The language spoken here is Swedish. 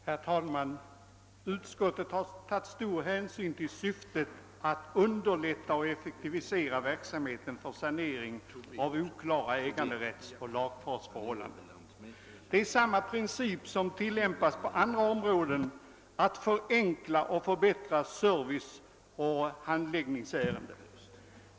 Herr talman! Utskottet har tagit stor hänsyn till syftet att underlätta och effektivisera verksamheten för sanering av oklara äganderättsoch lagfartsförhållanden. Det är samma princip som tillämpas på andra områden: att förenkla och förbättra service och handläggningsärenden.